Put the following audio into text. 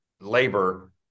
labor